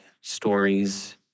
stories